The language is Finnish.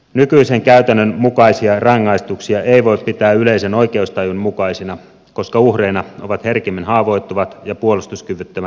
nykyisen käytännön mukaisia rangaistuksia ei voi pitää yleisen oikeustajun mukaisina koska uhreina ovat herkimmin haavoittuvat ja puolustuskyvyttömät lapset